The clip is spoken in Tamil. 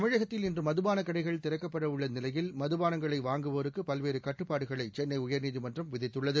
தமிழகத்தில் இன்று மதுபானக் கடைகள் திறக்கப்பட உள்ள நிலையில் மதுபானங்களை வாங்குவோருக்கு பல்வேறு கட்டுப்பாடுகளை சென்னை உயா்நீதிமன்றம் விதித்துள்ளது